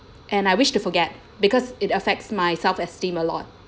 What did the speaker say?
and I wish to forget because it affects my self esteem a lot